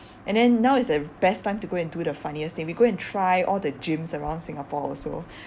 and then now is the best time to go and do the funniest thing we go and try all the gyms around singapore also